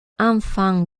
enfants